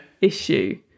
issue